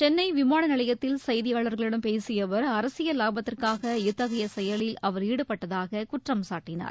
சென்னை விமான நிலையத்தில் செய்தியாளர்களிடம் பேசிய அவர் அரசியல் லாபத்திற்காக இத்தகைய செயலில் அவர் ஈடுபட்டதாக குற்றம்சாட்டினார்